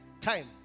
time